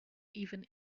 even